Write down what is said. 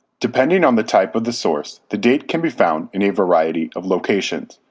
depending on the type of the source, the date can be found in a variety of locations.